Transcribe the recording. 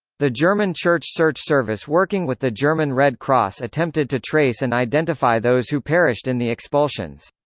the german church search service working with the german red cross attempted to trace and identify those who perished in the expulsions.